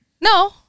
No